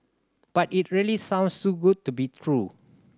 but it really sounds too good to be true